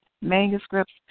manuscripts